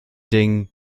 dingen